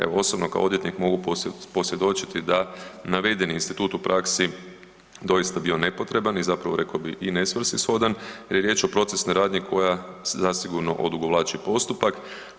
Evo osobno kao odvjetnik mogu posvjedočiti da navedeni institut u praksi doista je bio nepotreban i zapravo rekao bih i nesvrsishodan jer je riječ o procesnoj radnji koja zasigurno odugovlači postupak.